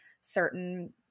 certain